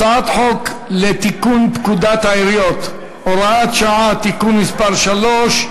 הצעת חוק לתיקון פקודת העיריות (הוראת שעה) (תיקון מס' 3),